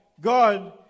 God